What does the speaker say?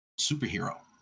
superhero